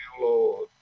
Lord